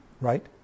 right